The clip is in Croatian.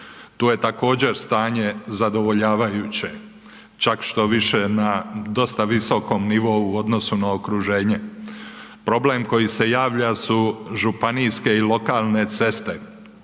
tu je također stanje zadovoljavajuće čak što više na dosta visokom nivou u odnosu na okruženje. Problem koji se javlja su županijske i lokalne ceste